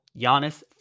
Giannis